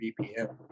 BPM